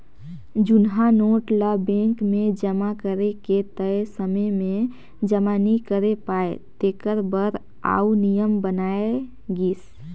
जुनहा नोट ल बेंक मे जमा करे के तय समे में जमा नी करे पाए तेकर बर आउ नियम बनाय गिस